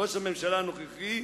ראש הממשלה הנוכחי,